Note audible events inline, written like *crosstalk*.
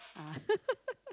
ah *laughs*